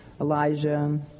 Elijah